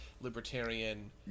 libertarian